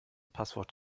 passwort